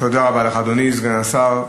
תודה רבה לך, אדוני סגן השר.